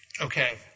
Okay